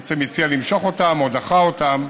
בעצם הציע למשוך אותן או דחה אותן,